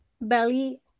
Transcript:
Belly